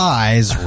eyes